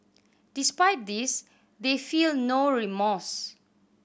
despite this they feel no remorse